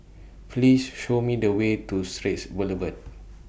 Please Show Me The Way to Straits Boulevard